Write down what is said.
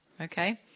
okay